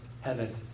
heaven